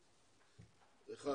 אחת,